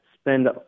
spend